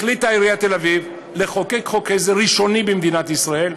החליטה עיריית תל-אביב לחוקק חוק עזר ראשוני במדינת ישראל,